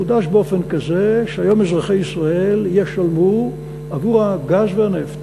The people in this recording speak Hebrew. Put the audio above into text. חודש באופן כזה שהיום אזרחי ישראל ישלמו עבור הגז והנפט